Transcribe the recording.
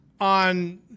on